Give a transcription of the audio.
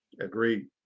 Agreed